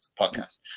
podcast